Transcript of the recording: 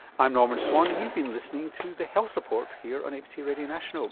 i'm norman swan and you've been listening to the health report here on abc radio national